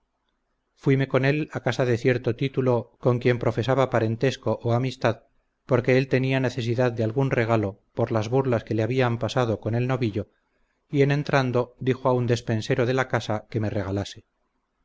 fuime con él a casa de cierto titulo con quien profesaba parentesco o amistad porque él tenía necesidad de algún regalo por las burlas que le habían pasado con el novillo y en entrando dijo a un despensero de la casa que me regalase